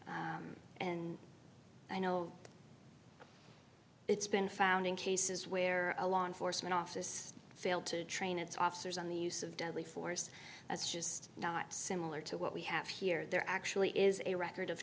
and i know it's been found in cases where a law enforcement office failed to train its officers on the use of deadly force that's just not similar to what we have here there actually is a record of